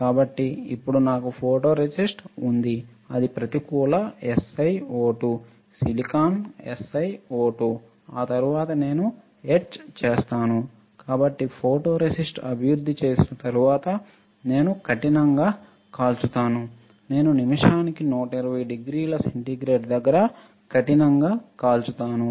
కాబట్టి ఇప్పుడు నాకు ఫోటోరేసిస్ట్ ఉంది అది ప్రతికూల SiO2 సిలికాన్ SiO2 ఆ తరువాత నేను ఎట్చ్ చేస్తాను కాబట్టి ఫోటోరేసిస్ట్ అభివృద్ధి చేసిన తర్వాత నేను కఠినంగా కాల్చుతాను నేను నిమిషానికి 120 డిగ్రీల సెంటీగ్రేడ్ దగ్గర కఠినంగా కాల్చుతాను